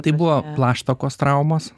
tai buvo plaštakos traumos